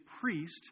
priest